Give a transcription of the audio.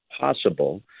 possible